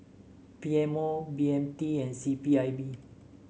P M O B M T and C P I B